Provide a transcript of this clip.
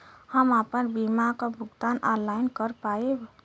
हम आपन बीमा क भुगतान ऑनलाइन कर पाईब?